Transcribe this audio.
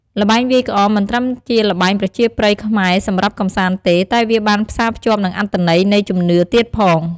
ល្បែងវាយក្អម មិនត្រឹមជាល្បែងប្រជាប្រិយខ្មែរសម្រាប់កម្សាន្តទេ តែវាបានផ្សារភ្ជាប់នឹងអត្ថន័យនៃជំនឿទៀតផង។